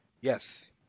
Yes